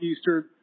Eastern